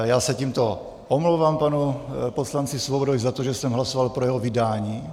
Já se tímto omlouvám panu poslanci Svobodovi za to, že jsem hlasoval pro jeho vydání.